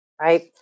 right